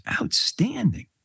outstanding